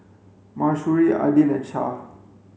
Mahsuri Aidil and Syah